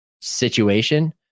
situation